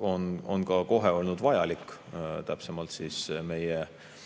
on ka kohe olnud vajalik, täpsemalt meie